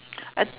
I